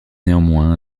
néanmoins